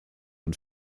und